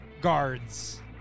guards